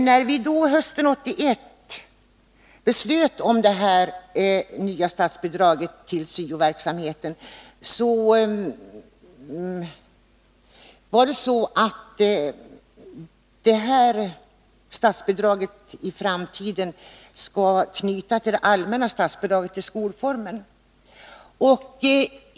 När vi hösten 1981 beslöt om det nya statsbidraget till SYO-verksamheten, var avsikten att detta bidrag i framtiden skulle anknyta till det allmänna statsbidraget till skolformen.